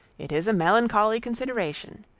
it is a melancholy consideration.